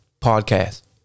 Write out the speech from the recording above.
Podcast